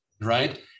Right